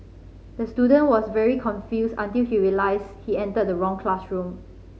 the student was very confused until he realised he entered the wrong classroom